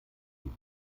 die